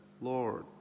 Lord